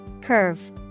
Curve